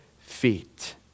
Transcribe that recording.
feet